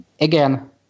again